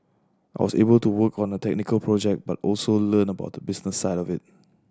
I was able to work on a technical project but also learn about the business side of it